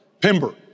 Pimber